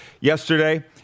yesterday